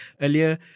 earlier